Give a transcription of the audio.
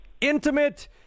intimate